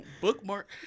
Bookmark